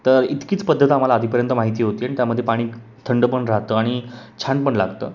तर इतकीच पद्धत आम्हाला आधीपर्यंत माहिती होती आणि त्यामध्ये पाणी थंड पण राहतं आणि छान पण लागतं